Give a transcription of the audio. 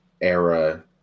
era –